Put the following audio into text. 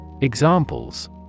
Examples